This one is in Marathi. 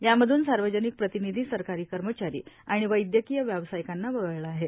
यामधून सार्वजनिक प्रतिनिधी सरकारी कर्मचारी आणि वैदयकीय व्यावसायिकांना वगळलं आहे